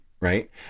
Right